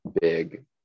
big